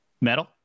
metal